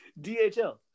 DHL